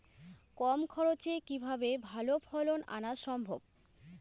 কম খরচে কিভাবে ভালো ফলন আনা সম্ভব?